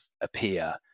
appear